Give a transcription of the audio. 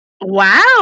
Wow